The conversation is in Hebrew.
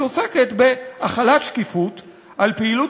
היא עוסקת בהחלת שקיפות על פעילות